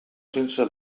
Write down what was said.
sense